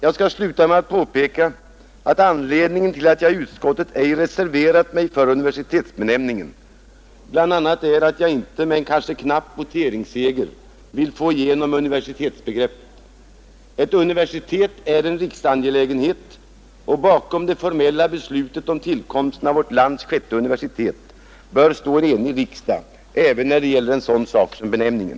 Jag skall sluta med att påpeka att anledningen till att jag i utskottet ej reserverat mig för universitetsbenämningen bl.a. är att jag inte med en kanske knapp voteringsseger vill få igenom universitetsbenämningen. Ett universitet är en riksangelägenhet och bakom det formella beslutet om tillkomsten av vårt lands sjätte universitet bör stå en enig riksdag, även när det gäller en sådan sak som benämningen.